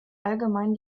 allgemein